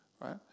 Right